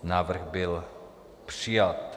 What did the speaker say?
Návrh byl přijat.